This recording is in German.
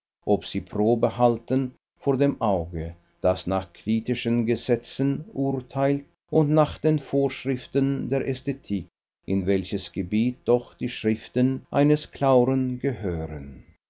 ob sie probe halten vor dem auge das nach kritischen gesetzen urteilt und nach den vorschriften der ästhetik in welches gebiet doch die schriften eines clauren gehören